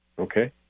Okay